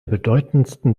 bedeutendsten